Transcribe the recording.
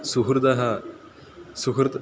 सुहृदः सुहृत्